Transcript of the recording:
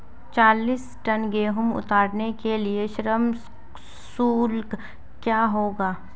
चालीस टन गेहूँ उतारने के लिए श्रम शुल्क क्या होगा?